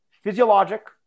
Physiologic